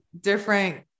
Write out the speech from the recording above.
different